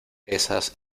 esas